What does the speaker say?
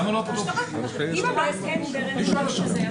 אבל אתה לא מגן על אנשים.